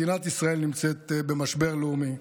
מדינת ישראל נמצאת במשבר לאומי.